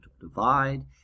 Divide